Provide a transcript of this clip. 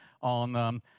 on